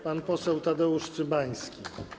Pan poseł Tadeusz Cymański.